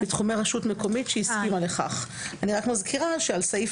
בתחומי רשות מקומית שהסכימה לכך." אני רק מזכירה שעל סעיף